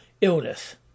illness